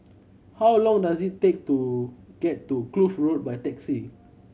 how long does it take to get to Kloof Road by taxi